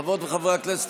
חברות וחברי הכנסת,